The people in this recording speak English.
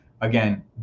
again